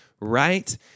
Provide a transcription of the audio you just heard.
right